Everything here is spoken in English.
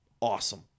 awesome